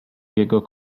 jego